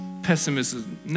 Pessimism